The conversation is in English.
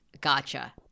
gotcha